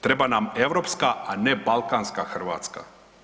Treba nam europska, a ne balkanska Hrvatska.